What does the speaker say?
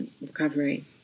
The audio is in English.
recovery